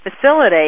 facility